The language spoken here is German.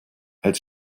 als